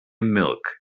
milk